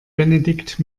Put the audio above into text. benedikt